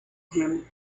him